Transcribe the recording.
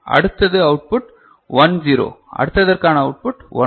அடுத்தது output one zero அடுத்த தற்கான அவுட்புட் 11